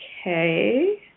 okay